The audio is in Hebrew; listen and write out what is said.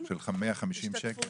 של 150 שקל.